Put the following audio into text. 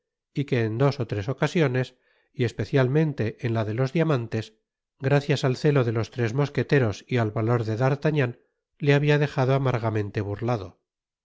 y que en dos ó tres ocasiones y especialmente en la de los diamantes gracias al celo de los tres mosqueteros y al valor de d'artagnan le habia dejado amargamente burlado